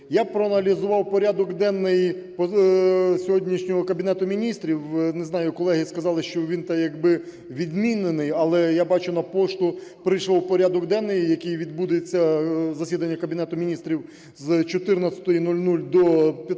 Я проаналізував порядок денний сьогоднішнього Кабінету Міністрів. Не знаю, колеги сказали, що він якби відмінений, але, я бачу, на пошту прийшов порядок денний, за яким відбудеться засідання Кабінету Міністрів з 14:00 до 15:00.